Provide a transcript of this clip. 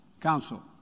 council